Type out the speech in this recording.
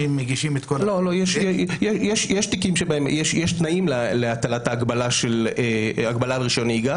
יש תיקים שבהם יש תנאים להטלת ההגבלה על רישיון נהיגה.